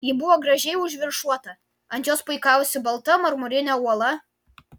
ji buvo gražiai užviršuota ant jos puikavosi balta marmurinė uola